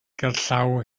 gerllaw